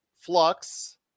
Flux